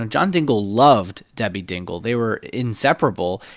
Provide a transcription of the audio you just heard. and john dingell loved debbie dingell. they were inseparable.